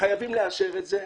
חייבים לאשר את זה,